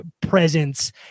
presence